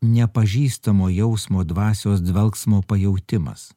nepažįstamo jausmo dvasios dvelksmo pajautimas